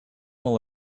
will